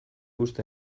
uste